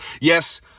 Yes